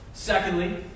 Secondly